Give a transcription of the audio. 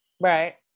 right